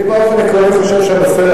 אני באופן עקרוני חושב שהנושא,